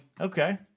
Okay